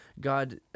God